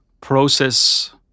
process